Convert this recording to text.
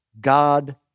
God